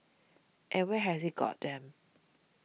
and where has it got them